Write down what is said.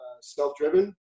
self-driven